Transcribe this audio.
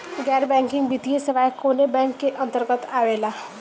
गैर बैंकिंग वित्तीय सेवाएं कोने बैंक के अन्तरगत आवेअला?